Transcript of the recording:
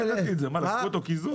לקחו אותו קיזוז?